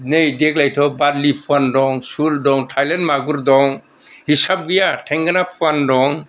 नै देग्लायथ' बारलि फुवान दं सुल दं थाइलेण्ड मागुर दं हिसाब गैया थेंगोना फुवान दं